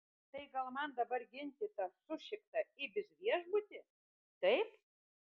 tai gal man dabar ginti tą sušiktą ibis viešbutį taip